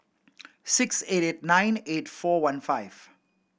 six eight eight nine eight four one five